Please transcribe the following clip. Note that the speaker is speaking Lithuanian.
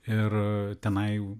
ir tenai jau